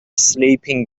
sleeping